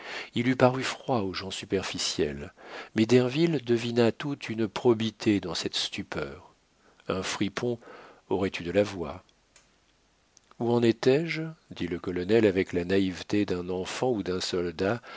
il eût paru froid aux gens superficiels mais derville devina toute une probité dans cette stupeur un fripon aurait eu de la voix où en étais-je dit le colonel avec la naïveté d'un enfant ou d'un soldat